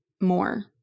more